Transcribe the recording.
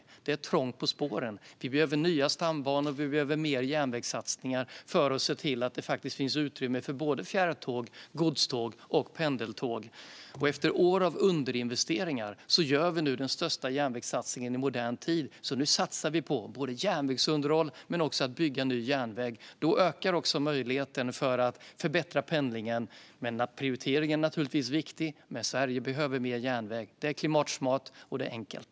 Det är trångt på spåren. Det behövs nya stambanor, och det behövs fler järnvägssatsningar för att se till att det finns utrymme för fjärrtåg, godståg och pendeltåg. Efter år av underinvesteringar gör vi nu den största järnvägssatsningen i modern tid. Nu satsar vi på både järnvägsunderhåll och att bygga ny järnväg. Då ökar också möjligheten att förbättra pendlingen. Prioritering är naturligtvis viktigt, men Sverige behöver mer järnväg. Det är klimatsmart, och det är enkelt.